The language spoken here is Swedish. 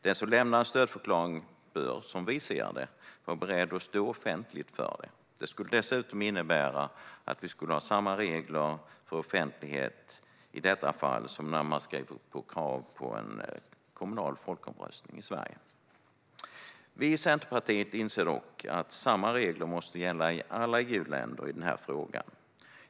Den som lämnar en stödförklaring bör, som vi ser det, vara beredd att stå för det offentligt. Det skulle dessutom innebära att vi skulle ha samma regler för offentlighet i detta fall som när man skriver på krav på en kommunal folkomröstning i Sverige. Vi i Centerpartiet inser dock att samma regler måste gälla i alla EUländer i denna fråga.